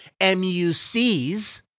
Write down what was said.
MUCs